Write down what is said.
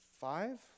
five